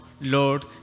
Lord